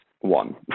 One